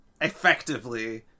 effectively